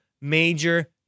major